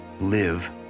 live